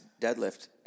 deadlift